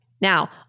Now